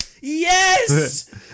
yes